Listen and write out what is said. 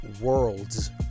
worlds